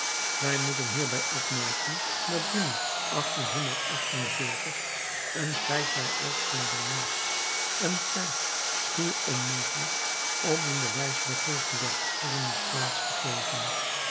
wij moeten hierbij opmerken dat juni een feit bij uitzondering was een feit schier onmogelijk om in de wijsbegeerte der geschiedenis plaats te geven